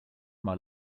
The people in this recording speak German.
mal